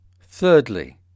Thirdly